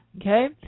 Okay